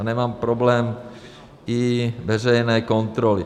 Já nemám problém i veřejné kontroly.